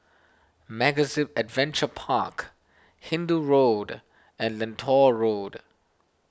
MegaZip Adventure Park Hindoo Road and Lentor Road